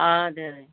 ആ അതെ അതെ